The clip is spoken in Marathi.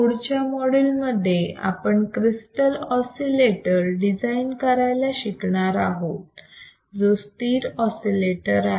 पुढच्या मॉड्यूल मध्ये आपण क्रिस्टल ऑसिलेटर डिझाईन करायला शिकणार आहोत जो स्थिर ऑसिलेटर आहे